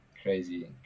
crazy